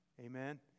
Amen